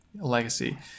legacy